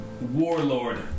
warlord